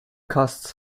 costs